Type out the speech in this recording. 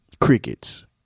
crickets